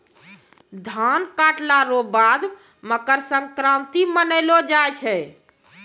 धान काटला रो बाद मकरसंक्रान्ती मानैलो जाय छै